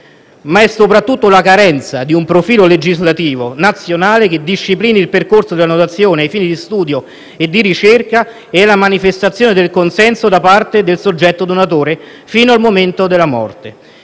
ma è soprattutto la carenza di un profilo legislativo nazionale che disciplini il percorso di donazione ai fini di studio e di ricerca e la manifestazione del consenso da parte del soggetto donatore fino al momento della morte.